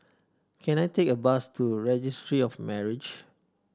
can I take a bus to Registry of Marriages